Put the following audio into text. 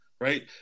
right